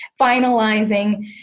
Finalizing